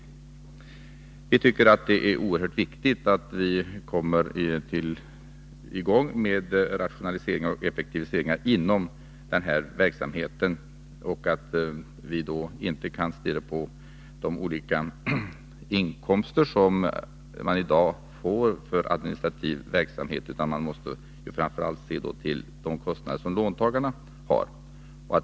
Vi tycker att det är oerhört viktigt att vi kommer i gång med rationaliseringar och effektiviseringar inom denna verksamhet. Man måste framför allt se till de kostnader som låntagarna har.